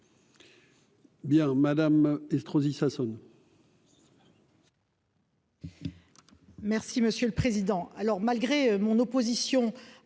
Bien Madame Estrosi Sassone.